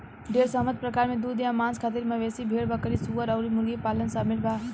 ढेरे सहमत प्रकार में दूध आ मांस खातिर मवेशी, भेड़, बकरी, सूअर अउर मुर्गी पालन शामिल बा